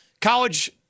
College